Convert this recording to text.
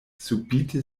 subite